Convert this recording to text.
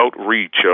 outreach